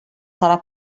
serà